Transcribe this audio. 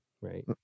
Right